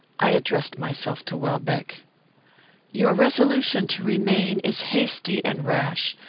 i addressed myself to welbeck your resolution to remain is hasty and rash.